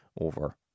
over